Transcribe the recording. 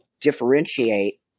differentiate